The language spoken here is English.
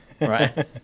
right